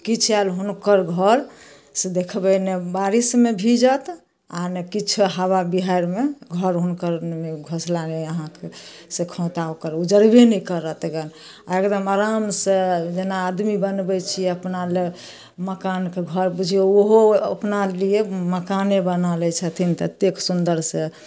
किछु आयल हुनकर घर देखबै ने बारिसमे भीँजत आ नहि किछु हवा बीहारिमे घर हुनकर नहि घोसला रहै अहाँके से खोँता ओकर उजड़बे नहि करत गन आ एकदम आराम सऽ जेना आदमी बनबै छियै अपनालए मकानके घर बुझिऔ ओहो अपना लिए मकाने बना लै छथिन ततेक सुन्दर से